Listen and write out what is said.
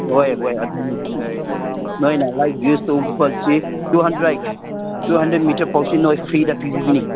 ꯍꯣꯏ ꯍꯣꯏ ꯑꯗꯨꯅꯤ ꯅꯣꯏꯅ ꯂꯥꯏꯠ ꯌꯨꯖ ꯇꯧꯕꯁꯤ ꯇꯨ ꯍꯟꯗ꯭ꯔꯦꯠ ꯇꯨ ꯍꯟꯗ꯭ꯔꯦꯠ ꯃꯤꯇꯔꯐꯥꯎꯁꯤ ꯅꯣꯏ ꯐ꯭ꯔꯤꯗ ꯄꯤꯕꯤꯒꯅꯤ